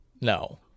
No